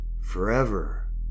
forever